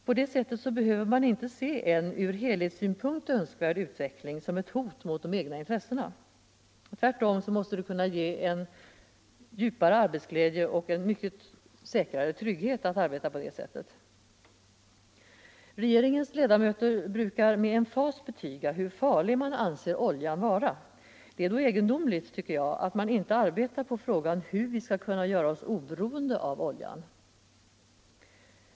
På det sättet behöver man inte se en ur helhetssynpunkt önskvärd utveckling som ett hot mot de egna intressena. Tvärtom måste det kunna ge en djupare arbetsglädje och större trygghet att arbeta på det sättet. Regeringens ledamöter brukar med emfas betyga hur farlig man anser oljan vara. Då är det egendomligt, tycker jag, att man inte arbetar på frågan hur vi skall kunna göra oss oberoende av olja.